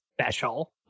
special